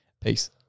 Peace